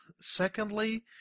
secondly